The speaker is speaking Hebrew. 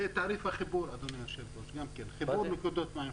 וגם תעריפי חיבור נקודות מים.